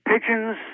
pigeons